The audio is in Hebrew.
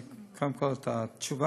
קודם כול אתן את התשובה.